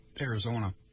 arizona